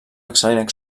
excel·lent